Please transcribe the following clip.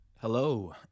Hello